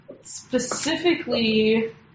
specifically